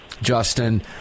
Justin